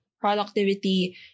productivity